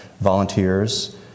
volunteers